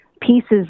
pieces